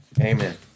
Amen